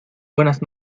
buenas